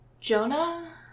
Jonah